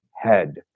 head